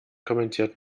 kommentiert